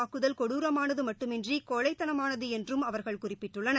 தாக்குதல் கொடுரமானது மட்டுமின்றி கோஸழத்தனமானது என்றும் அவர்கள் புல்வாமா குறிப்பிட்டுள்ளனர்